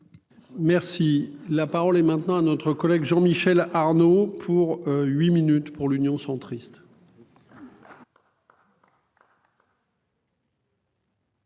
Merci la parole est maintenant à notre collègue Jean-Michel Arnaud pour huit minutes pour l'Union centriste.